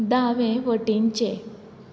दावे वटेनचे